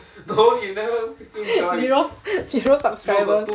zero zero subscribers